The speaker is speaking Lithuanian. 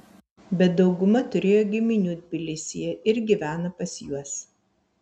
bet dauguma turėjo giminių tbilisyje ir gyvena pas juos